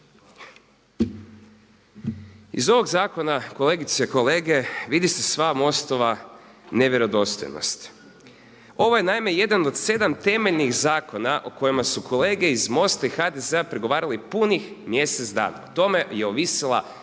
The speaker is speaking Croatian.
Iz ovog zakona kolegice i kolege vidi se sva MOST-ova nevjerodostojnost. Ovo je naime jedan od 7 temeljnih zakona o kojima su kolege iz MOST-a i HDZ-a pregovarali punih mjesec dana. O tome je ovisila